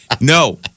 No